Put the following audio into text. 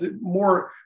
more